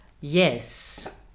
Yes